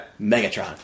Megatron